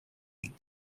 eat